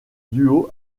duo